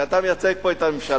שאתה מייצג פה את הממשלה.